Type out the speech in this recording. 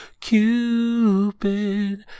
Cupid